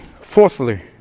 Fourthly